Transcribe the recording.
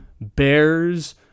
Bears